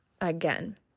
again